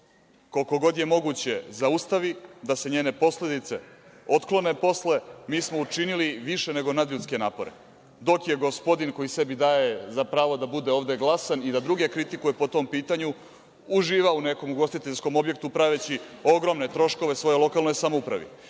koliko god je moguće zaustavi, da se njene posledice otklone, mi smo učinili i više nego nadljudske napore, dok je gospodin koji sebi daje za pravo da bude ovde glasan i da druge kritikuje po tom pitanju, uživao u nekom ugostiteljskom objektu praveći ogromne troškove svojoj lokalnoj samoupravi.